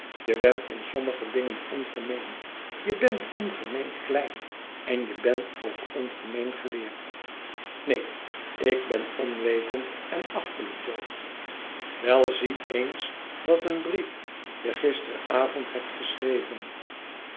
je bent in sommige dingen ongemeen je bent ongemeen klein en je bent ook ongemeen geleerd neen ik ben onwetend en achterlijk jo wel zie eens wat een brief je gisteravond geoote verwachtingen hebt geschreven